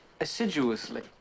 assiduously